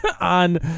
on